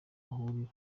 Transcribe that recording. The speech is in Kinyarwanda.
bahurira